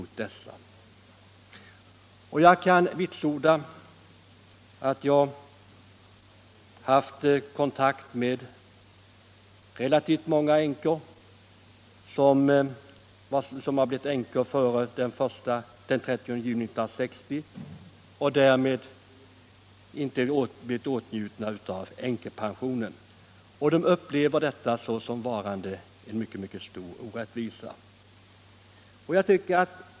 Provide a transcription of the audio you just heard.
Jag har haft kontakt med relativt många kvinnor som har blivit änkor före den 30 juni 1960 och alltså inte kommit i åtnjutande av änkepension utan inkomstprövning. Jag vet därför att de upplever detta som en stor orättvisa.